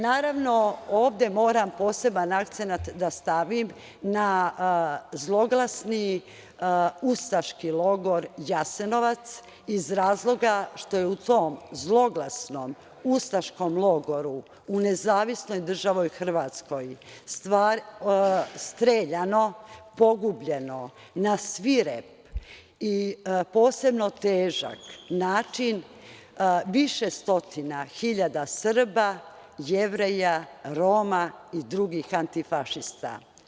Naravno, ovde moram poseban akcenat da stavim na zloglasni ustaški logor Jasenovac, iz razloga što je u tom zloglasnom ustaškom logoru u NDH streljano, pogubljeno na svirep i posebno težak način više stotina hiljada Srba, Jevreja, Roma i drugih antifašista.